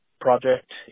project